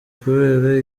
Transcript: kubera